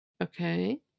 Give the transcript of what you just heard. Okay